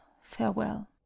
farewell